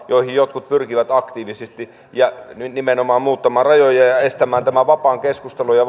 johon jotkut pyrkivät aktiivisesti nimenomaan muuttamaan rajoja ja estämään tämän vapaan keskustelun ja